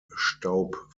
staub